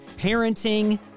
parenting